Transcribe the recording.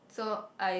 so I